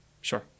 sure